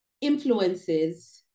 influences